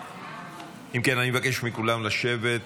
אם כן, אני מבקש מכולם לשבת.